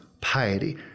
piety